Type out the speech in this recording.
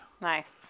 Nice